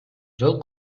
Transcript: жол